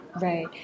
right